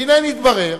והנה מתברר